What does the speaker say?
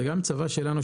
זה גם צבא שלנו,